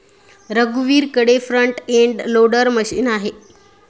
रघुवीरकडे front end loader machine आहे